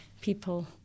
people